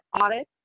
audit